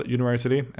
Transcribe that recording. University